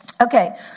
Okay